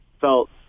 felt